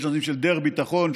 בעניין דרך ביטחון,